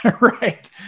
right